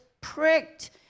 pricked